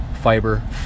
fiber